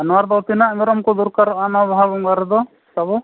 ᱱᱚᱣᱟ ᱨᱮᱫᱚ ᱛᱤᱱᱟᱹᱜ ᱢᱮᱨᱚᱢ ᱠᱚ ᱫᱚᱨᱠᱟᱨᱚᱜᱼᱟ ᱱᱚᱣᱟ ᱵᱟᱦᱟ ᱵᱚᱸᱜᱟ ᱨᱮᱫᱚ ᱛᱟᱵᱚ